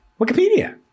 Wikipedia